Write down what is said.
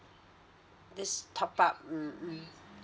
this top up mm mm